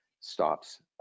stops